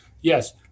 yes